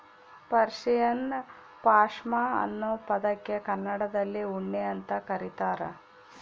Persian ಪಾಷ್ಮಾ ಅನ್ನೋ ಪದಕ್ಕೆ ಕನ್ನಡದಲ್ಲಿ ಉಣ್ಣೆ ಅಂತ ಕರೀತಾರ